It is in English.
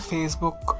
Facebook